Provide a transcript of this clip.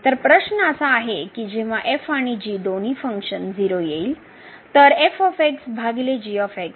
तर प्रश्न असा आहे की जेव्हा f आणि g दोन्ही फंक्शन 0 येईल